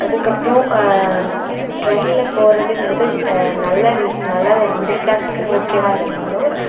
அதுக்கப்புறம் ட்ரெயினில் போகிறதுங்கறது நல்ல நல்ல ஒரு மிடில் கிளாஸுக்கு ஓகேவாக இருந்தாலும்